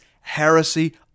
heresy